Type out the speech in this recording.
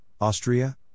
Austria